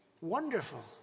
wonderful